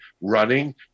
running